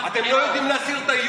אני מנסה להגן על תושבי אשקלון.